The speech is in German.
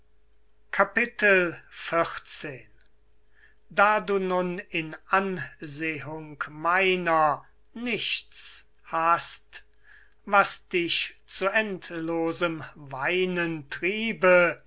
x da du nun in ansehung meiner nichts hast was dich zu endlosem weinen triebe